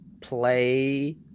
play